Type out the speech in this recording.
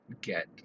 get